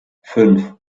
fünf